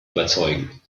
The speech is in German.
überzeugen